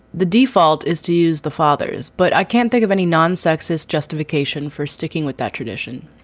the default is to use the father's, but i can't think of any non-sexist justification for sticking with that tradition.